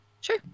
Sure